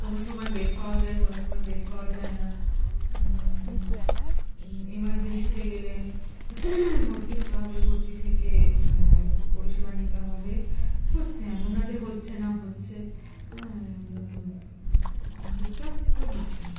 কোনও সময় বেড পাওয়া যায় কোনও সময় বেড পাওয়া যায় না ইমার্জেন্সিতে গেলে ভর্তি হতে হবে ভর্তি থেকে পরিষেবা নিতে হবে হচ্ছে এমন না যে হচ্ছে না হচ্ছে আর টুকটাক তো হচ্ছেই